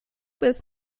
bis